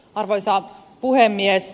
arvoisa puhemies